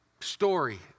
story